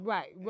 Right